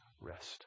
rest